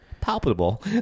palpable